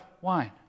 wine